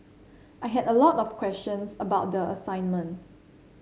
I had a lot of questions about the assignment